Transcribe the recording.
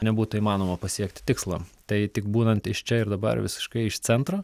nebūtų įmanoma pasiekti tikslo tai tik būnant iš čia ir dabar visiškai iš centro